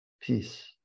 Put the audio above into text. peace